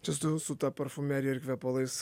čia su su ta parfumerija ir kvepalais